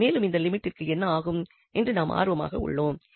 மேலும் இந்த லிமிட்டிற்கு என்ன ஆகும் என்று நாம் ஆர்வமாக உள்ளோம்